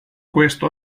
questo